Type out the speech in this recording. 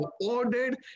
ordered